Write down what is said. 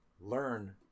learn